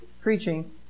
preaching